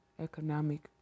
economic